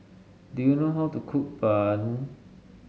do you know how to cook bun